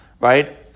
right